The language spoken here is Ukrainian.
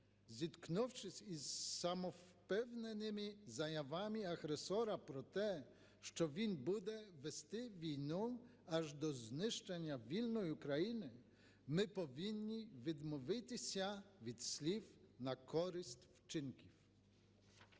зіткнувшись із самовпевненими заявами агресора про те, що він буде вести війну аж до знищення вільної України. Ми повинні відмовитися від слів на користь вчинків.